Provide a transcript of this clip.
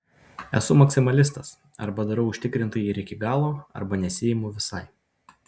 esu maksimalistas arba darau užtikrintai ir iki galo arba nesiimu visai